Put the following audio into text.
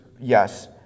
yes